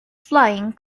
flying